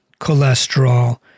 cholesterol